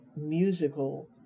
musical